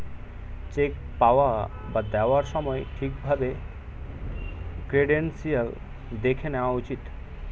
check পাওয়া বা দেওয়ার সময় ঠিক ভাবে ক্রেডেনশিয়াল্স দেখে নেওয়া উচিত